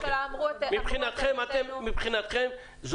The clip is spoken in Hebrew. זה מבחינתכם מה